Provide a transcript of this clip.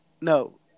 No